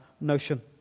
notion